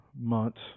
months